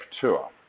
tour